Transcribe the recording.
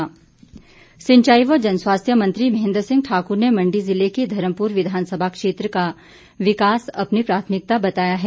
महेन्द्र सिंह सिंचाई व जनस्वास्थ्य मंत्री महेन्द्र सिंह ठाकुर ने मण्डी जिले के धर्मपुर विधानसभा क्षेत्र का विकास अपनी प्राथमिकता बताया है